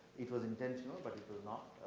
it was intentional but not.